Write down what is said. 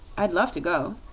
i'd love to go.